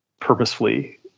purposefully